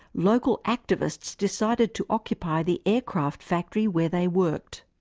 local activists decided to occupy the aircraft factory where they worked.